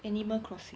animal crossing